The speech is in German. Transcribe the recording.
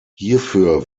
hierfür